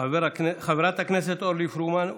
חברת הכנסת אורלי פרומן,